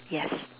yes